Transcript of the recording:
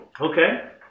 Okay